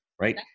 right